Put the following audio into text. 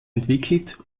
entwickelt